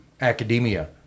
academia